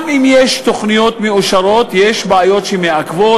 גם אם יש תוכניות מאושרות יש בעיות שמעכבות,